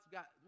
got